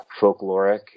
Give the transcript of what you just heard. folkloric